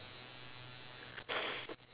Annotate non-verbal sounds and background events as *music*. *noise*